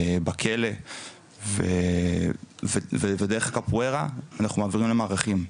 בכלא ודרך הקפוארה אנחנו מעבירים להם ערכים,